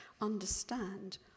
understand